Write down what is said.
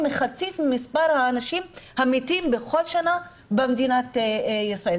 חצי ממספר האנשים המתים בכל שנה במדינת ישראל.